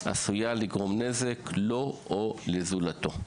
עשויה לגרום נזק לו או לזולתו.